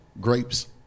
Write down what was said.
grapes